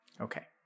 Okay